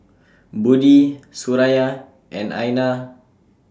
Budi Suraya and Aina